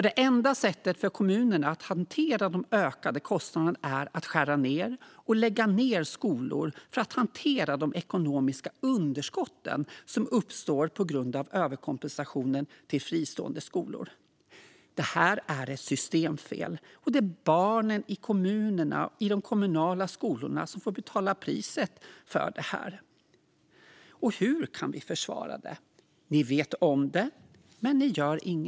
Det enda sättet för kommunerna att hantera de ökade kostnaderna är att skära ned och lägga ned skolor för att hantera de ekonomiska underskott som uppstår på grund av överkompensationen till fristående skolor. Det här är ett systemfel, och det är barnen i de kommunala skolorna som får betala priset för det här. Hur kan vi försvara det? Ni vet om det här, men ni gör ingenting.